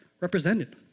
represented